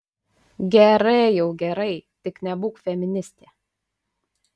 gerai jau gerai tik nebūk feministė